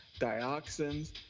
dioxins